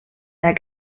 der